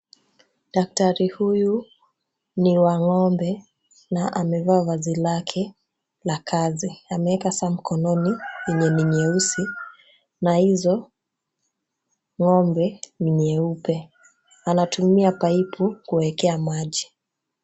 Daktari huyu ni wa ngombe na amevaa vazi lake la kazi ameeka saa mkononi yenye ni nyeusi na hizo ngombe ni nyeupe. Anatumia paipu kuziwekea maji.